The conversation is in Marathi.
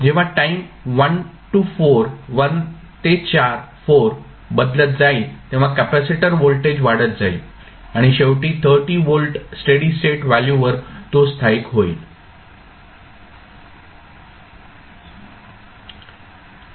जेव्हा टाईम 1 ते 4 बदलत जाईल तेव्हा कॅपेसिटर व्होल्टेज वाढत जाईल आणि शेवटी 30 व्होल्ट स्टेडी स्टेट व्हॅल्यूवर तो स्थायिक होईल